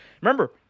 remember